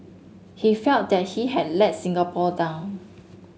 he felt that he had let Singapore down